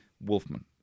Wolfman